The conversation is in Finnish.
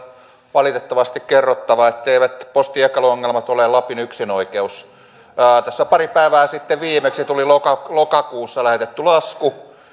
valitettavasti kerrottava etteivät postin jakeluongelmat ole lapin yksinoikeus viimeksi tässä pari päivää sitten tuli lokakuussa lokakuussa lähetetty lasku